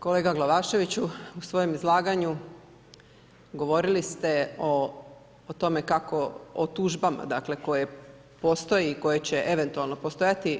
Kolega Glavaševiću, u svojem izlaganju govorili ste o tome, o tužbama dakle koje postoje i koje će eventualno postojati.